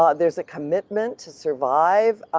ah there's a commitment to survive,